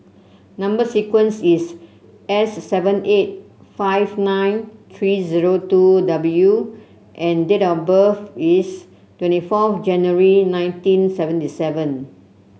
number sequence is S seven eight five nine three zero two W and date of birth is twenty four January nineteen seventy seven